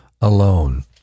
alone